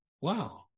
wow